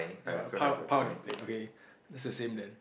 ya a pile a pile on your plate okay that's the same then